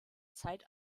zeit